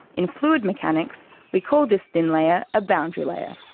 in fluid mechanics we call this thin layer a boundary layer,